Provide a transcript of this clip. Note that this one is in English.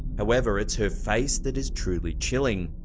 however, it's her face that is truly chilling.